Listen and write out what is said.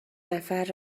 نفر